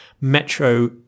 metro